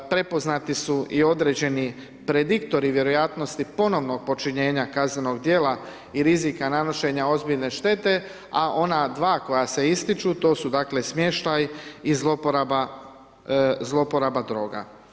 Prepoznati su i određeni prediktori vjerojatnosti ponovnog počinjenja kaznenog dijela i rizika nanošenja ozbiljne štete, a ona dva koja se ističu to su smještaj i zlouporaba droga.